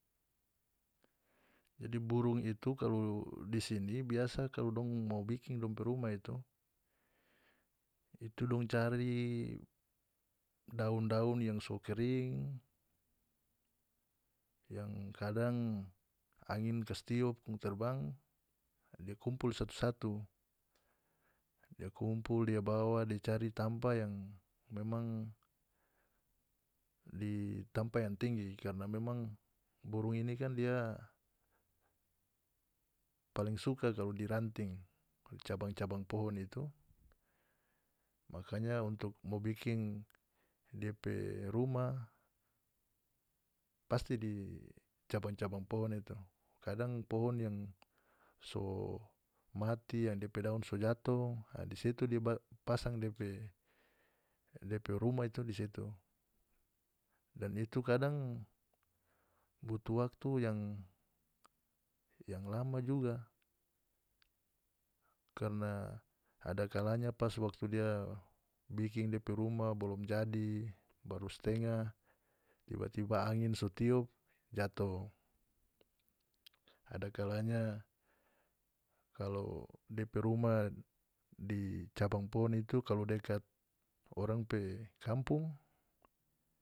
Jadi burung itu kalu di sini biasa kalu dong mo bikin dong pe rumah itu itu dong cari daun-daun yang so kering yang kadang angin kas tiop kong terbang dia kumpul satu-satu dia kumpul dia bawa dia cari tampa yang memang di tampa yang tinggi karna memang burung ini kan dia paling suka kalu di ranting cabang-cabang pohon itu makanya untuk mo bikin dia pe rumah pasti di cabang-cabang pohon itu kadang pohon yang so mati yang depe daon so jatoh a di situ dia ba pasang dia pe dia pe rumah tuh di situ dan itu kadang butuh waktu yang yang lama juga karna ada kalanya pas waktu dia bikin dia pe rumah bolom jadi baru stengah tiba-tiba angin so tiop jatoh adakalanya kalu dia pe rumah di cabang pohon itu kalu dekat orang pe kampong.